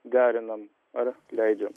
derinam ar leidžiam